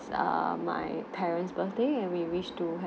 err my parents birthday and we wish to